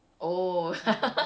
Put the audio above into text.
ya ya ya